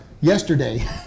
yesterday